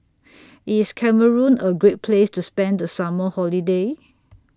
IS Cameroon A Great Place to spend The Summer Holiday